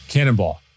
Cannonball